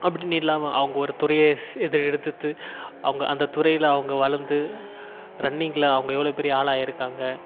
அப்படினு இல்லாமல் அவங்க ஒரு துறையை எதிர் எடுத்து அவங்க அந்த துறையில் அவங்க வளர்ந்து ரன்னிங்கில் அவங்க எவ்வளோ பெரிய ஆளாயிருக்காங்க